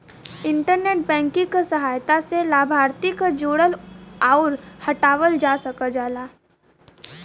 internet banking क सहायता से लाभार्थी क जोड़ल आउर हटावल जा सकल जाला